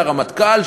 מהרמטכ"ל,